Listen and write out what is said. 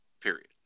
Period